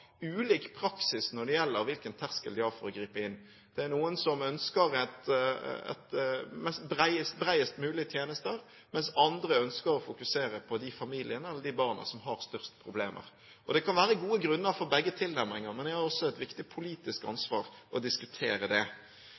ulik praksis for hvilken terskel de har for å gripe inn. Noen ønsker bredest mulig tjenester, mens andre ønsker å fokusere på de familiene, eller de barna, som har størst problemer. Det kan være gode grunner for begge tilnærminger, men det er også et viktig politisk ansvar å diskutere